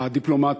הדיפלומטית,